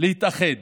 להתאחד